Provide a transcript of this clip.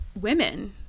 women